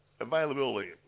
availability